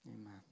Amen